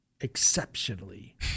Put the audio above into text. Exceptionally